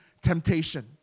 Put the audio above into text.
temptation